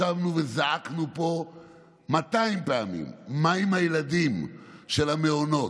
ישבנו וזעקנו פה מאתיים פעמים: מה עם הילדים של המעונות?